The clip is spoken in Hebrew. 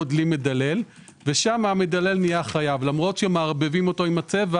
דלי מדלל ושם המדלל נהיה חייב למרות שמערבבים אותו עם הצבע